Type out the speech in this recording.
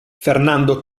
fernando